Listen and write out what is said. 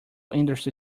industry